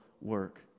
work